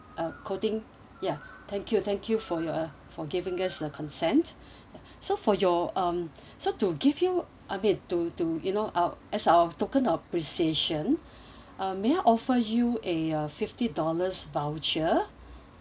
uh quoting ya thank you thank you for your for giving us the consent so for your um so to give you I mean to to you know our as our token appreciation uh may I offer you eh a fifty dollars voucher